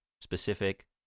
specific